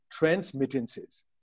transmittances